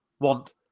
want